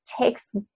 takes